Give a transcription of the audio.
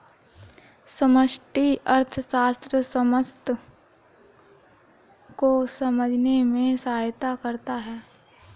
समष्टि अर्थशास्त्र समस्त आर्थिक प्रणाली को समझने में सहायता करता है